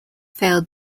failed